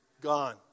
Gone